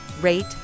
rate